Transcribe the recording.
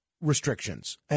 restrictions